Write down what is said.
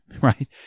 right